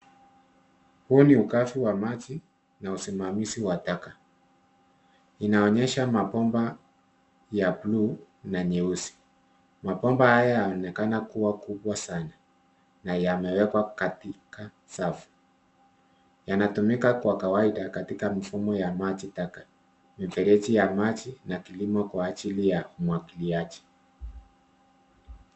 Huu ni ugavi wa maji na usimamizi wa taka, inaonyesha mabomba ya buluu na nyeusi. Mabomba haya yanaonekana kuwa kubwa sana na yamewekwa katika safu. Yanatumika kwa kawaida katika mfumo ya maji taka, mifereji ya maji na kilimo kwa ajili ya umwagiliaji.